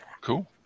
cool